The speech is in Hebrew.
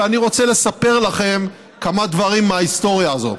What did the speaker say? ואני רוצה לספר לכם כמה דברים מההיסטוריה הזאת.